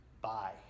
Bye